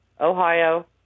Ohio